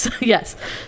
yes